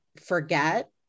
forget